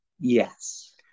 Yes